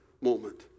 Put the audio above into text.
moment